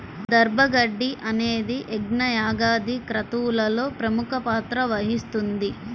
దర్భ గడ్డి అనేది యజ్ఞ, యాగాది క్రతువులలో ప్రముఖ పాత్ర వహిస్తుంది